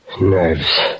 Nerves